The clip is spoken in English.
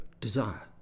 desire